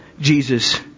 Jesus